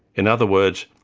in other words,